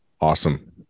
awesome